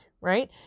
right